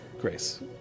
Grace